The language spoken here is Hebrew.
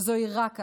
וזוהי רק ההתחלה,